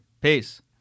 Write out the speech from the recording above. peace